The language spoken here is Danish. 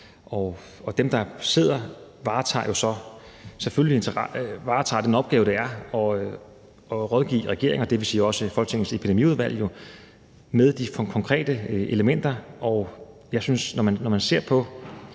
Og dem, der sidder der, varetager jo den opgave, det er at rådgive regeringen, og det vil også sige Folketingets Epidemiudvalg, med de konkrete elementer, og jeg synes, at det, når man ser på